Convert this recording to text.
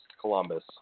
Columbus